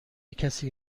کسی